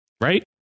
Right